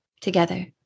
together